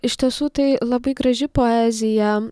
iš tiesų tai labai graži poezija